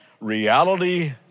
Reality